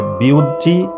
beauty